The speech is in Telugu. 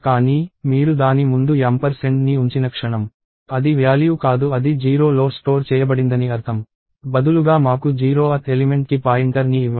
కానీ మీరు దాని ముందు యాంపర్సెండ్ని ఉంచిన క్షణం అది వ్యాల్యూ కాదు అది 0లో స్టోర్ చేయబడిందని అర్థం బదులుగా మాకు 0th ఎలిమెంట్ కి పాయింటర్ ని ఇవ్వండి